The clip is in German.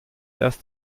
erst